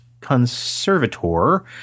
conservator